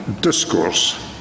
discourse